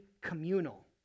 communal